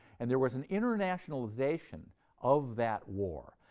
and there was an internationalization of that war.